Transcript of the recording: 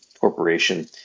Corporation